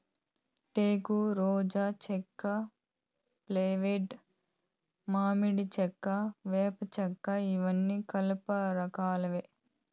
టేకు, రోజా చెక్క, ఫ్లైవుడ్, మామిడి చెక్క, వేప చెక్కఇవన్నీ కలప రకాలే